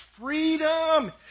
freedom